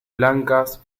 blancas